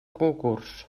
concurs